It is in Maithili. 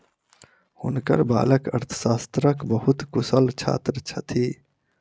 हुनकर बालक अर्थशास्त्रक बहुत कुशल छात्र छथि